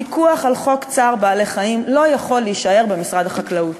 הפיקוח על חוק צער בעלי-חיים לא יכול להישאר במשרד החקלאות.